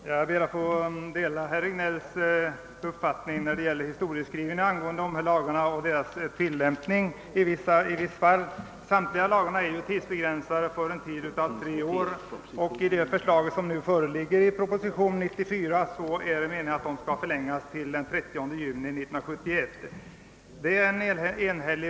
Herr talman! Jag delar herr Regnélls uppfattning om historieskrivningen angående dessa lagar och deras tillämpning i vissa fall. Samtliga lagar är tidsbegränsade till tre år, och enligt det förslag som nu föreligger i proposition 94 skall de förlängas till den 30 juni 1971.